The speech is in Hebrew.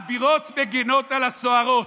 אבירות מגנות על הסוהרות.